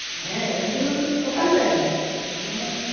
ᱦᱮᱸ ᱨᱟᱱᱤᱯᱩᱨ ᱨᱮᱱ ᱚᱠᱚᱭ ᱠᱟᱱ ᱛᱮᱢ ᱵᱟᱹᱧ ᱪᱤᱱᱦᱟᱹᱣ ᱮᱫ ᱢᱮᱭᱟ